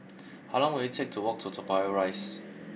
how long will it take to walk to Toa Payoh Rise